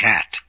Cat